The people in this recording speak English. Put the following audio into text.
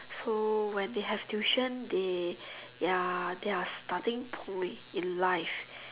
so when they have tuition they ya their are starting point in life